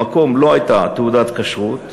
למקום לא הייתה תעודת כשרות,